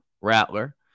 Rattler